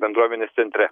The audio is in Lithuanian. bendruomenės centre